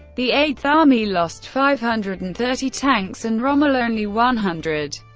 the eighth army lost five hundred and thirty tanks and rommel only one hundred.